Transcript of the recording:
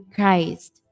Christ